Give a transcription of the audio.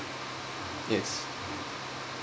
yes